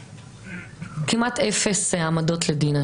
כמעט אפס העמדות לדין,